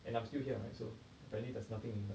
and I'm still here uh so apparently there's nothing in the